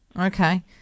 Okay